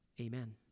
Amen